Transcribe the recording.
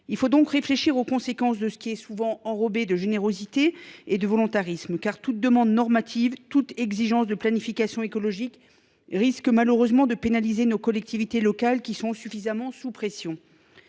Il faut donc réfléchir aux conséquences de décisions souvent imprégnées de générosité et de volontarisme. Toute demande normative, toute exigence de planification écologique risque malheureusement de pénaliser nos collectivités locales, qui sont suffisamment sous pression.